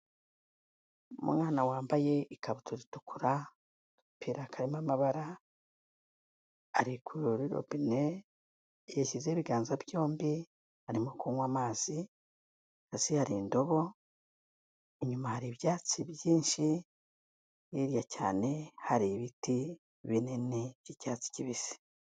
Umwana wambaye ikabutura itukura, agapira karimo amabara, ari kuri robine yashyizeho ibiganza byombi arimo kunywa amazi, munsi hari indobo, inyuma hari ibyatsi byinshi, hirya cyane hari ibiti binini by'icyatsi kibisi.